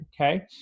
Okay